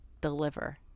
Deliver